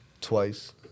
twice –